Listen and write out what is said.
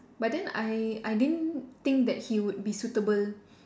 but then I I didn't think that he would be suitable